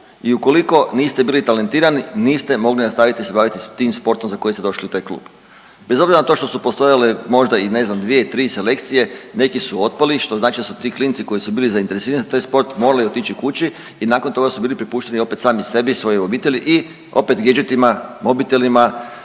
i ukoliko niste bili talentirani, niste mogli nastaviti se baviti tim sportom za koji ste došli u taj klub. Bez obzira na to što su postojale možda i ne znam, dvije, tri selekcije, neki su otpali, što znači da su ti klinci koji su bili zainteresirani za taj sport morali otići kući i nakon toga su bili prepušteni opet sami sebi, svojoj obitelji i opet gadgetima, mobitelima,